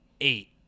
eight